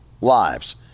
lives